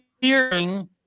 hearing